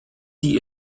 die